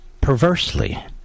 perversely